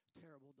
Terrible